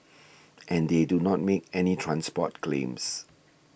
and they do not make any transport claims